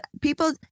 people